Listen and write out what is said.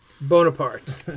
Bonaparte